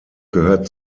gehört